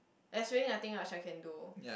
there is nothing much I can do